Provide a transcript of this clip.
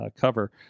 cover